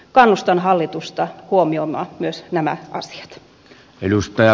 kannustan hallitusta huomioimaan myös nämä asiat